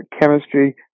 chemistry